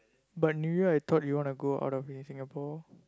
but New Year I thought you want to go out of eh Singapore